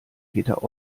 peter